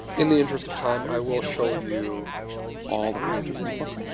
in the interest of time i will show you all the pages in the book.